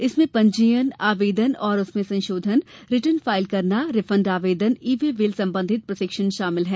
इसमें पंजीयन आवेदन और उसमें संशोधन रिटर्न फाइल करना रिफंड आवेदन ई वे बिल डाउन करने पर प्रशिक्षण शामिल है